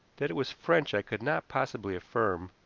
that it was french i could not possibly affirm,